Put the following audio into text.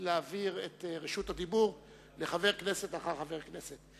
להעביר את רשות הדיבור לחבר כנסת אחר חבר כנסת.